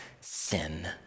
sin